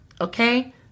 okay